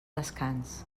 descans